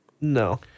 No